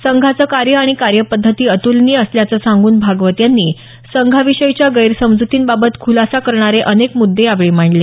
संघाचं कार्य आणि कार्यपद्धती अतुलनीय असल्याचं सांगून भागवत यांनी संघाविषयीच्या गैरसमज्तींबाबत खुलासा करणारे मुद्दे यावेळी मांडले